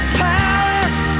palace